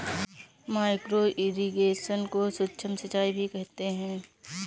micro irrigation को सूक्ष्म सिंचाई भी कहते हैं